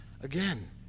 again